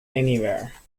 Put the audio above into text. anywhere